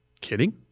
kidding